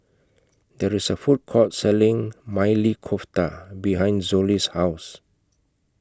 There IS A Food Court Selling Maili Kofta behind Zollie's House